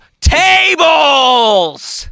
Tables